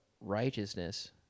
righteousness